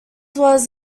was